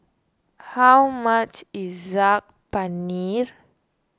how much is Saag Paneert